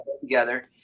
together